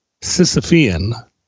sisyphean